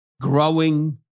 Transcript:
growing